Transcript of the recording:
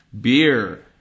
beer